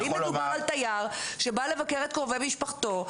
אם מדובר על תייר שבא לבקר את קרובי משפחתו,